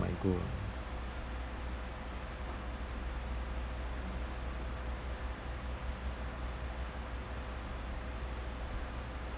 my goal